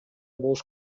болуш